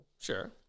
Sure